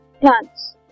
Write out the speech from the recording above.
plants